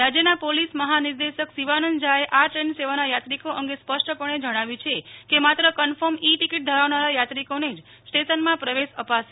રાજ્યના પોલીસ મહાનિદેશક શિવાનંદ જ્હા એ આ ટ્રેન સેવાના યાત્રીકો અંગે સ્પષ્ટપણે જણાવ્યું છે કે માત્ર કન્ફર્મ ઇ ટિકીટ ધરાવનારા યાત્રીકોને જ સ્ટેશનમાં પ્રવેશ અપાશે